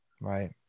Right